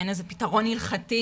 אין איזה פתרון הלכתי,